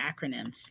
acronyms